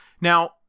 Now